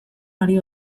ari